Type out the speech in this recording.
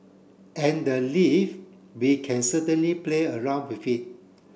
and the leave we can certainly play around with it